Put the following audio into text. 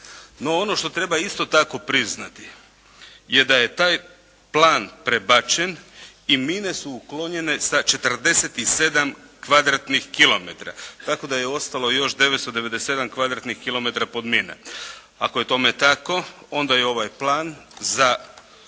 No ono što treba isto tako priznati je da je taj plan prebačen i mine su uklonjene sa 47 kvadratnih kilometara tako da je ostalo još 997 kvadratnih kilometara pod minama. Ako je tome tako onda je ovaj plan za